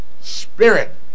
Spirit